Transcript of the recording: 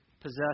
possess